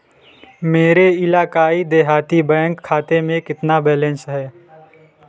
मेरे इलाकाई देहाती बैंक खाते में कितना बैलेंस है